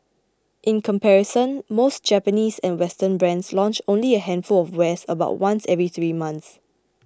in comparison most Japanese and Western brands launch only a handful of wares about once every three months